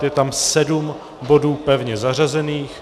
Je tam sedm bodů pevně zařazených.